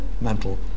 mental